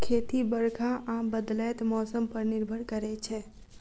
खेती बरखा आ बदलैत मौसम पर निर्भर करै छै